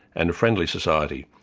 and a friendly society,